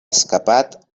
escapat